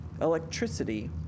electricity